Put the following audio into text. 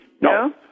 No